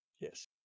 yes